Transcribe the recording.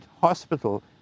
hospital